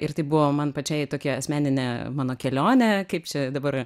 ir tai buvo man pačiai tokia asmeninė mano kelionė kaip čia dabar